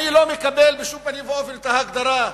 אני לא מקבל בשום פנים ואופן את ההגדרה,